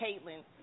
Caitlyn